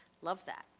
love that.